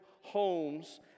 homes